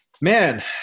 man